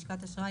לשכת אשראי,